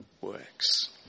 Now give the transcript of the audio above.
works